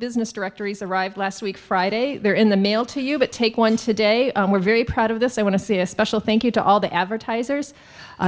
business directories arrived last week friday they're in the mail to you but take one today we're very proud of this i want to see a special thank you to all the advertisers